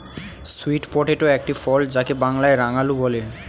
sweet potato একটি ফল যাকে বাংলায় রাঙালু বলে